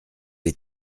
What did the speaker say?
les